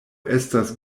estas